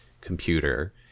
computer